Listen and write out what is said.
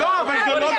לא יכולים